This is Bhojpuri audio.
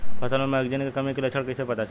फसल पर मैगनीज के कमी के लक्षण कईसे पता चली?